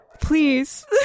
please